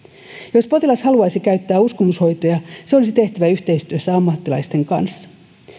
jos potilas haluaisi käyttää uskomushoitoja se olisi tehtävä yhteistyössä ammattilaisten kanssa